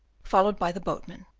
followed by the boatman,